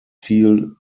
viel